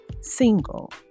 single